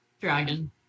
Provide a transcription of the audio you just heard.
Dragon